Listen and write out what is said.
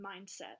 mindset